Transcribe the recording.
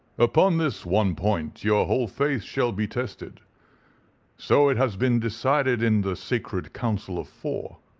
upon this one point your whole faith shall be testedaeur so it has been decided in the sacred council of four.